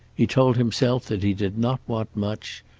he told himself that he did not want much.